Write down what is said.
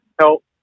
help